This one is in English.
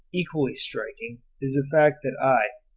equally striking is the fact that i,